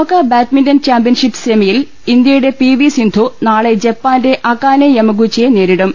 ലോക badminton championship സെമിയിൽ ഇന്ത്യയുടെ പി വി സിന്ധു നാളെ ജപ്പാന്റെ അകാനെ യമഗൂച്ചിയെ നേരിടും